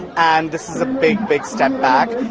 and this is a big, big step back.